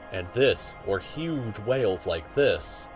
and this, or huge whales like this.